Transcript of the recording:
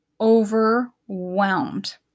overwhelmed